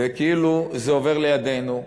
וכאילו זה עובר לידינו,